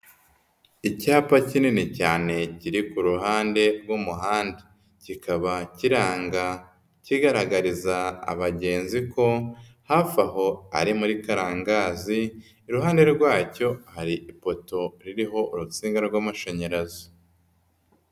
Icyapa kinini cyane kiri ku ruhande rw'umuhanda. Kikaba kiranga kigaragariza abagenzi ko hafi aho ari muri Karangazi, iruhande rwacyo hari ipoto ririho urutsinga rw'amashanyarazi.